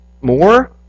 more